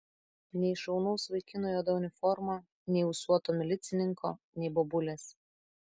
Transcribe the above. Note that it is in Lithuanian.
nei šaunaus vaikino juoda uniforma nei ūsuoto milicininko nei bobulės